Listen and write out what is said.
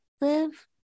live